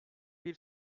bir